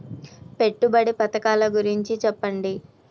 పెట్టుబడి పథకాల గురించి చెప్పండి?